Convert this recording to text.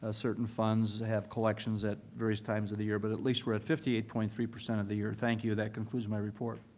ah certain funds have collections at various times of the year. but at least we're at fifty eight. three percent of the year. thank you. that concludes my report.